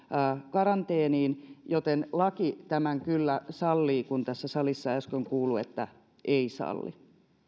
karanteeniin laki tämän kyllä sallii kun tässä salissa äsken kuului että ei salli